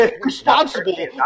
responsible